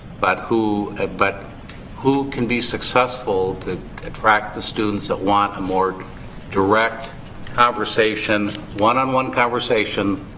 but who ah but who can be successful to attract the students that want a more direct conversation, one on one conversation,